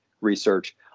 research